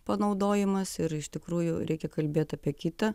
panaudojimas ir iš tikrųjų reikia kalbėt apie kitą